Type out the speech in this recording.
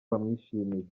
bamwishimiye